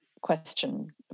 question